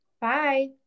Bye